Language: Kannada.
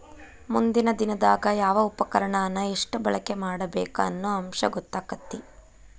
ಮುಂದಿನ ದಿನದಾಗ ಯಾವ ಉಪಕರಣಾನ ಎಷ್ಟ ಬಳಕೆ ಮಾಡಬೇಕ ಅನ್ನು ಅಂಶ ಗೊತ್ತಕ್ಕತಿ